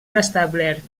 restablert